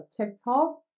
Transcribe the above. TikTok